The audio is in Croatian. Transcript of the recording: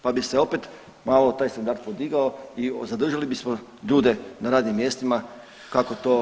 Pa bi se opet malo taj standard podigao i zadržali bismo ljude na radnim mjestima kako to